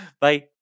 Bye